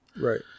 Right